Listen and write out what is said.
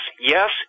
Yes